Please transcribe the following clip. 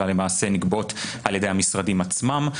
אלא למעשה נגבות על ידי המשרדים עצמם.